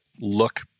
look